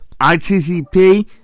ITCP